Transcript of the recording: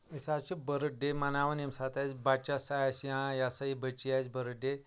أسۍ حظ چھِ بٔرٕڑ ڈے مَناوان ییٚمہِ ساتہٕ اَسہِ بَچَس آسہِ یا یِہ ہَسا یہِ بٔچی آسہِ بٔرٕڑ ڈے